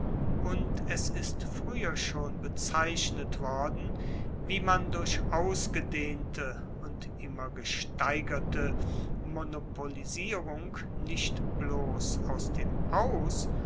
und es ist frueher schon bezeichnet worden wie man durch ausgedehnte und immer gesteigerte monopolisierung nicht bloss aus dem aus